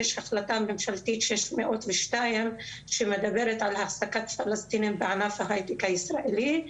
יש החלטה ממשלתית 602 שמדברת על העסקת פלסטינים בענף ההיי-טק הישראלי,